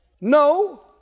No